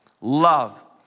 Love